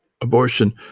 abortion